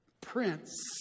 prince